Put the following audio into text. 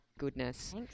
goodness